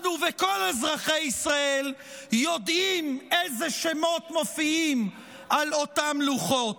אנחנו וכל אזרחי ישראל יודעים איזה שמות מופיעים על אותם לוחות.